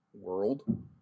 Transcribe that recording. world